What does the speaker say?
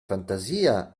fantasia